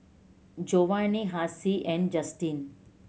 Jovani Hassie and Justine